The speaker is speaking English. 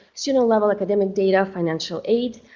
student level academic data, financial aid,